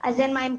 אז אין מים קרים,